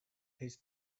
his